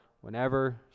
whenever